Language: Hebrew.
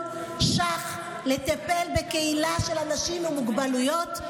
ש"ח לטיפול בקהילת אנשים עם מוגבלויות,